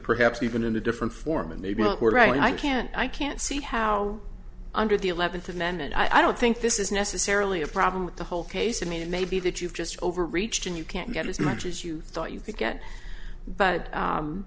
perhaps even in a different form and maybe not where i can't i can't see how under the eleventh amendment i don't think this is necessarily a problem with the whole case i mean it may be that you've just overreached and you can't get as much as you thought you could get but